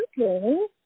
okay